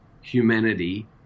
humanity